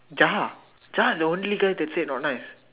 Jahar Jahar is the only girl that said not nice